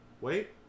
Wait